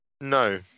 No